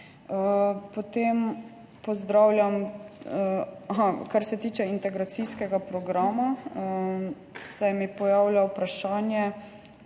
oskrbovalci. Kar se tiče integracijskega programa, se mi pojavlja vprašanje,